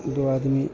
दो आदमी